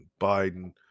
Biden